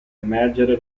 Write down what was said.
emergere